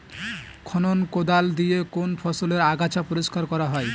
খনক কোদাল দিয়ে কোন ফসলের আগাছা পরিষ্কার করা হয়?